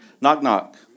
Knock-knock